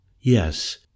Yes